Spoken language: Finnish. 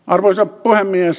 arvoisa puhemies